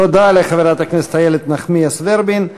תודה לחברת הכנסת איילת נחמיאס ורבין.